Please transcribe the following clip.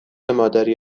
مادری